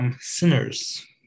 sinners